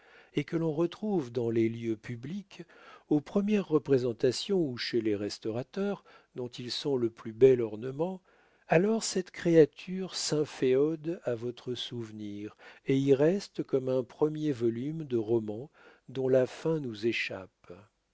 et que l'on retrouve dans les lieux publics aux premières représentations ou chez les restaurateurs dont ils sont le plus bel ornement alors cette créature s'inféode à votre souvenir et y reste comme un premier volume de roman dont la fin nous échappe